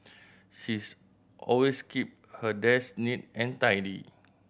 she's always keep her desk neat and tidy